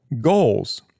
Goals